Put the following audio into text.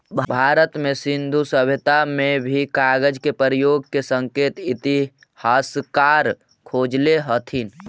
भारत में सिन्धु सभ्यता में भी कागज के प्रयोग के संकेत इतिहासकार खोजले हथिन